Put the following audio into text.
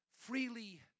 freely